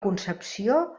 concepció